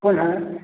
hello